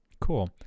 Cool